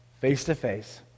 Face-to-face